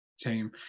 team